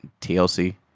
TLC